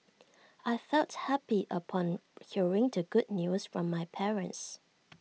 I felt happy upon hearing the good news from my parents